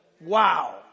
Wow